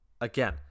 Again